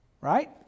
Right